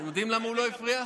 אתם יודעים למה הוא לא הפריע?